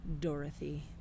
Dorothy